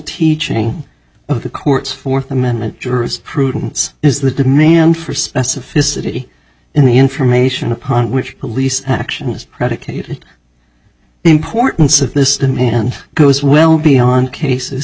teaching of the court's fourth amendment jurisprudence is the demand for specificity in the information upon which police action is predicated the importance of this demand goes well beyond cases